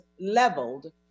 leveled